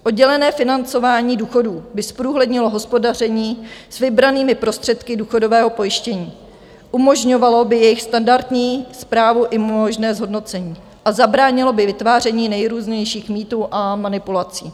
Oddělené financování důchodů by zprůhlednilo hospodaření s vybranými prostředky důchodového pojištění, umožňovalo by jejich standardní správu i možné zhodnocení a zabránilo by vytváření nejrůznějších mýtů a manipulací.